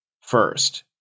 first